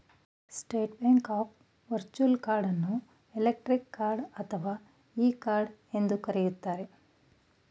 state bank of virtual card ಅನ್ನು electronic card ಅಥವಾ e card ಎಂದು ಕರೆಯುತ್ತಾರೆ